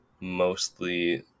mostly